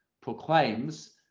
proclaims